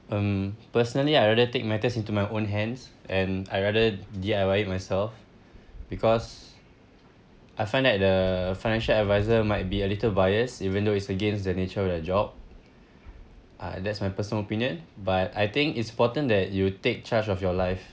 um personally I'd rather take matters into my own hands and I rather D_I_Y it myself because I find that the financial advisor might be a little biased even though it's against the nature of their job uh that's my personal opinion but I think it's important that you take charge of your life